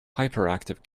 hyperactive